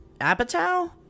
Apatow